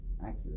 accurate